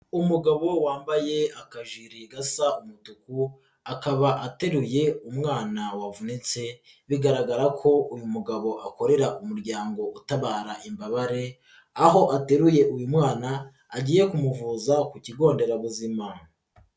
Umugabo wambaye akajiri gasa umutuku akaba ateruye umwana wavunetse bigaragara ko uyu mugabo akorera umuryango utabara imbabare aho ateruye uyu mwana agiye kumuvuza ku kigo nderabuzima.